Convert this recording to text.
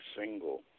single